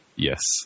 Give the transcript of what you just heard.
Yes